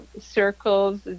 circles